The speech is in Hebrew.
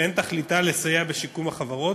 ואין תכליתה לסייע בשיקום החברות.